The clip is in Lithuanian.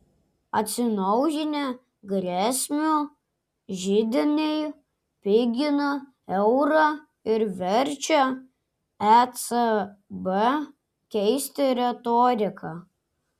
atsinaujinę grėsmių židiniai pigina eurą ir verčia ecb keisti retoriką